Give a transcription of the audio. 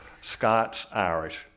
Scots-Irish